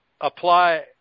apply